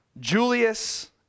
Julius